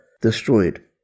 destroyed